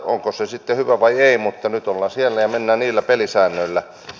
onko se sitten hyvä vai ei mutta nyt ollaan siellä ja mennään niillä pelisäännöillä